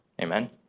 Amen